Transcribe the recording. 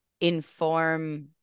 inform